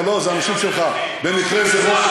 זה אנשים שלך מהממשלה שלך.